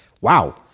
wow